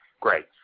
Great